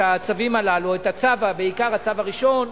הצווים הללו, בעיקר הצו הראשון,